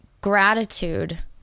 gratitude